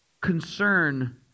concern